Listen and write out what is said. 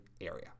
area